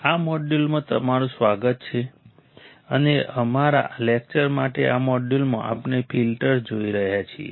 આ મોડ્યુલમાં તમારું સ્વાગત છે અને અમારા લેક્ચર માટે આ મોડ્યુલમાં આપણે ફિલ્ટર્સ જોઈ રહ્યા છીએ